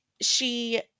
She-